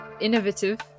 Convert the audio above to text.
innovative